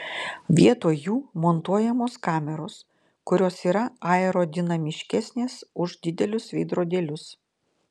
vietoj jų montuojamos kameros kurios yra aerodinamiškesnės už didelius veidrodėlius